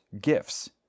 gifts